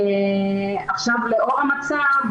עכשיו, לאור המצב,